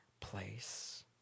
place